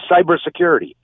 Cybersecurity